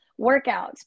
workouts